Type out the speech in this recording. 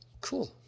Cool